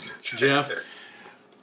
Jeff